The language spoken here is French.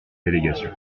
délégation